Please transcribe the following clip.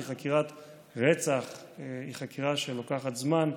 כי חקירת רצח היא חקירה שלוקחת זמן: